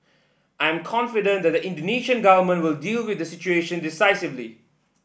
I'm confident the Indonesian Government will deal with the situation decisively